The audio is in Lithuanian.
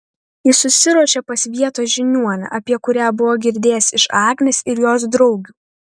jis susiruošė pas vietos žiniuonę apie kurią buvo girdėjęs iš agnės ir jos draugių